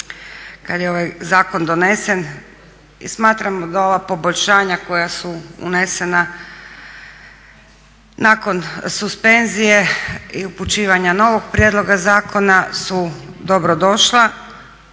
kad je ovaj zakon donesen i smatramo da ova poboljšanja koja su unesena nakon suspenzije i upućivanja novog prijedloga zakona su dobro došla,